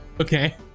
okay